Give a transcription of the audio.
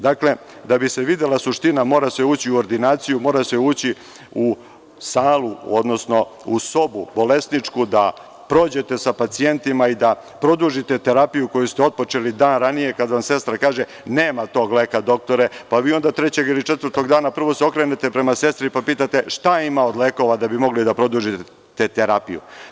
Da bi se videla suština, mora se ući u ordinaciju, mora se ući u salu, odnosno u sobu bolesničku, da prođete sa pacijentima i da produžite terapiju koji su otpočeli dan ranije, kada vam sestra kaže – nema tog leka doktore, pa vi onda trećeg ili četvrtog dana se prvo okrenete prema sestri, pa pitate – šta ima od lekova, da bi mogli da produžite te terapije.